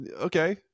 okay